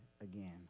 again